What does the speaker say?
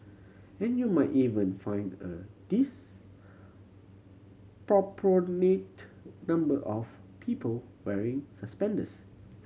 and you might even find a number of people wearing suspenders